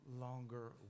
longer